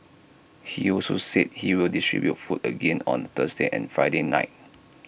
he also said he will distribute food again on Thursday and Friday night